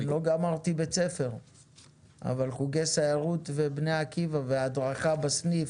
אני לא סיימתי בית ספר אבל חוגי סיירות ובני עקיבא והדרכה בסניף